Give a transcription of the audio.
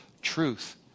truth